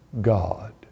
God